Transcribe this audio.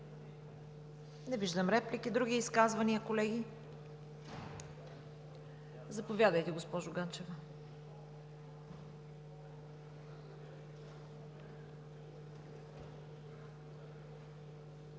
Няма реплики. Други изказвания, колеги? Заповядайте, госпожо Ганчева.